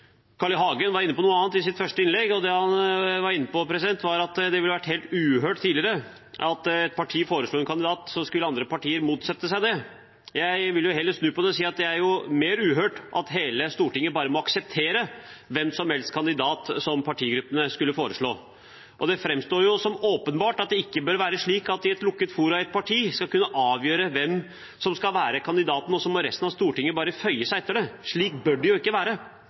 Carl I. Hagen var inne på noe annet i sitt innlegg. Det han var inne på, var at det tidligere ville vært helt uhørt når et parti foreslo en kandidat, at andre partier motsatte seg det. Jeg vil heller snu på det og si at det er mer uhørt at hele Stortinget bare må akseptere hvilken som helst kandidat som partigruppene foreslår. Det framstår som åpenbart at det ikke bør være slik at et lukket forum i et parti skal kunne avgjøre hvem som skal være kandidaten, og så må resten av Stortinget bare føye seg etter det. Slik bør det ikke være.